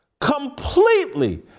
completely